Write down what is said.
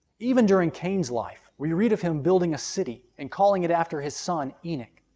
even during cain's life we read of him building a city and calling it after his son, enoch.